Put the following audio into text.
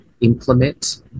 implement